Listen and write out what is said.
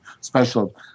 special